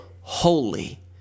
holy